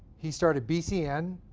he started bcn,